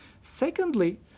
Secondly